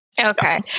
okay